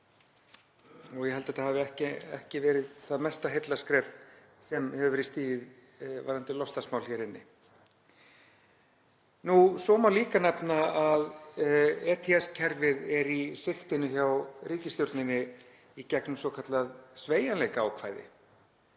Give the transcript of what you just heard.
Ég held að það hafi ekki verið það mesta heillaskref sem hefur verið stigið varðandi loftslagsmál hér inni. Svo má líka nefna að ETS-kerfið er í sigtinu hjá ríkisstjórninni í gegnum svokallað sveigjanleikaákvæði